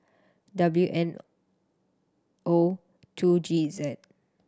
W M O two G Z